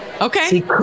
Okay